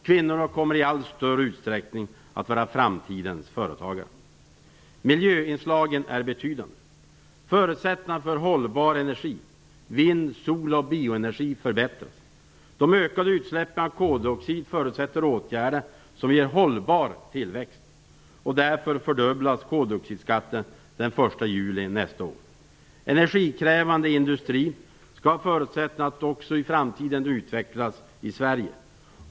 Kvinnorna kommer i allt större utsträckning att vara framtidens företagare. Miljöinslagen är betydande. Förutsättningarna för hållbar energi - vind-, sol och bioenergi - förbättras. De ökade utsläppen av koldioxid förutsätter åtgärder som ger hållbar tillväxt. Därför fördubblas koldioxidskatten den 1 juli nästa år. Energikrävande industri skall ha förutsättningar att också i framtiden utvecklas i Sverige.